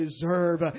deserve